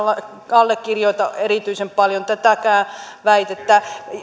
allekirjoita erityisen paljon tätäkään väitettä